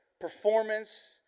performance